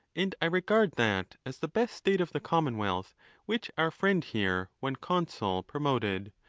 and i regard that as the best state of the commonwealth which our friend here, when consul, promoted,